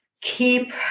keep